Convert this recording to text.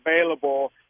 available